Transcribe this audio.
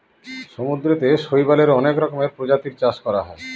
সমুদ্রতে শৈবালের অনেক রকমের প্রজাতির চাষ করা হয়